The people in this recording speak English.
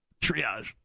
triage